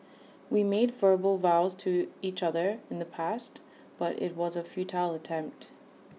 we made verbal vows to each other in the past but IT was A futile attempt